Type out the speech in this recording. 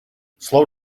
slow